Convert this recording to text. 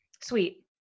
sweet